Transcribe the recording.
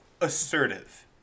assertive